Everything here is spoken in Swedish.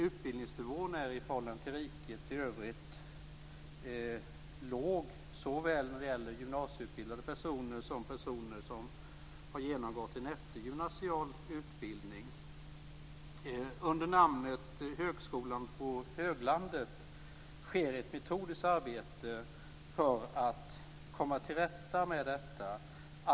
Utbildningsnivån är i förhållande till riket i övrigt låg när det gäller såväl gymnasieutbildade personer som personer som har genomgått en eftergymnasial utbildning. Under namnet Högskolan på höglandet sker ett metodiskt arbete för att komma till rätta med detta.